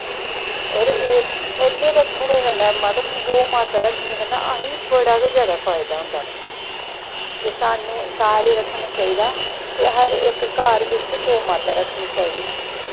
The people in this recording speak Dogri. होर इ'नें ई रक्खने कन्नै मतलब गौऽ माता रक्खने कन्नै असें ई बड़ा गै जादा फायदा होंदा कि सारे रक्खना चाहिदा ते हर इक घर बिच गौऽ माता रक्खनी चाहिदी